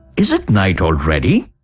is it night already?